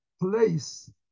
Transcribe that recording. place